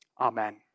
Amen